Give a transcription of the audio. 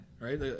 Right